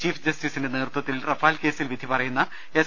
chief ജസ്റ്റിസിന്റെ നേതൃത്വത്തിൽ Rafale കേസിൽ വിധി പറയുന്ന എസ്